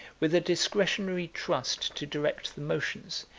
with a discretionary trust to direct the motions,